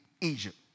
Egypt